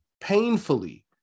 painfully